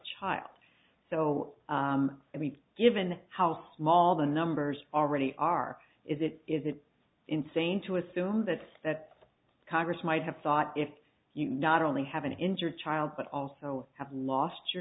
child so i mean given how small the numbers already are is it is it insane to assume that that congress might have thought if you not only have an injured child but also have lost your